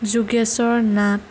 Jogeshwar Nath